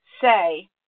say